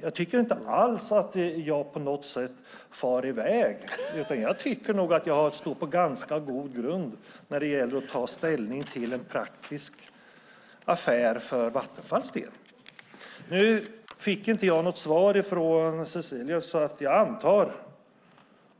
Jag tycker inte att jag på något sätt far i väg. Jag står nog på ganska god grund när det gäller att ta ställning till en praktisk affär för Vattenfalls del. Jag fick inte något svar från Cecilie Tenfjord-Toftby. Jag antar